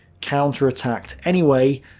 counterattacked anyway,